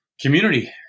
Community